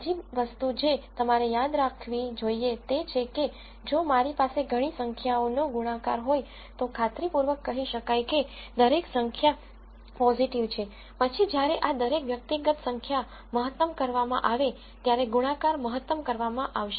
બીજી વસ્તુ જે તમારે યાદ રાખવી જોઈએ તે છે કે જો મારી પાસે ઘણી સંખ્યાઓનો ગુણાકાર હોય તો ખાતરીપૂર્વક કહી શકાય કે દરેક સંખ્યા પોઝીટિવ છે પછી જ્યારે આ દરેક વ્યક્તિગત સંખ્યા મહત્તમ કરવામાં આવે ત્યારે ગુણાકાર મહત્તમ કરવામાં આવશે